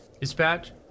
Dispatch